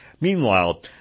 Meanwhile